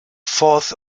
fourth